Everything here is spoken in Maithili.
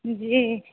जी